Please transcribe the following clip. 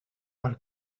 per